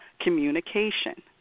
Communication